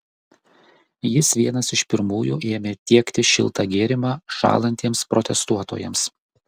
jis vienas iš pirmųjų ėmė tiekti šiltą gėrimą šąlantiems protestuotojams